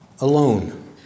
alone